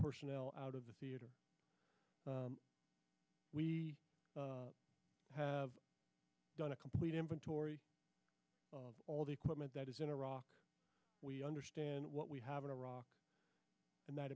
personnel out of the theater we have done a complete inventory of all the equipment that is in iraq we understand what we have in iraq and that